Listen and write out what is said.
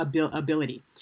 ability